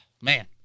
Man